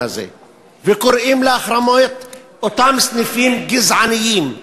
הזה וקוראים להחרמת אותם סניפים גזעניים.